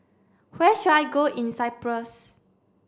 where should I go in Cyprus